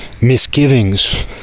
misgivings